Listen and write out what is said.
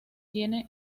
tiene